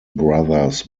brothers